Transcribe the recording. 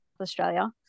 Australia